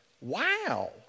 Wow